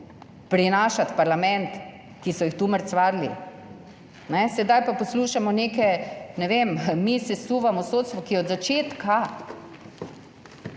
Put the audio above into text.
prinašati v parlament, ki so jih tu mrcvarili. Sedaj pa poslušamo neke, ne vem, mi sesuvamo sodstvo, ki je od začetka,